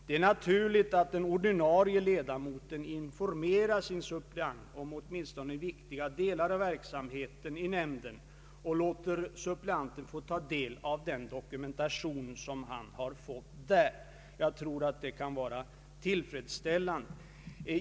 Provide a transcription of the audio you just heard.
Det är naturligt att den ordinarie ledamoten informerar sin suppleant om åtminstone viktiga delar av verksamheten i nämnden och låter suppleanten ta del av den dokumentation som han har fått där. Jag tror att det kan vara tillfredsställande.